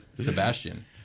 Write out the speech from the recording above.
Sebastian